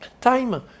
time